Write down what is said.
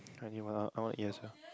I need well I want to eat as well